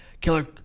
Killer